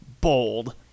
bold